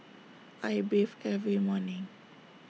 I bathe every morning